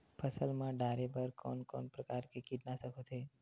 फसल मा डारेबर कोन कौन प्रकार के कीटनाशक होथे?